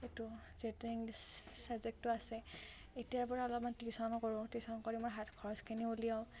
এইটো যিহেতু ইংলিছ ছাবজেক্টটো আছে এতিয়াৰ পৰা অলপমান টিউশ্যনো কৰোঁ টিউশ্যন কৰি মই হাত খৰচখিনিও উলিয়াওঁ